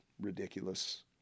ridiculous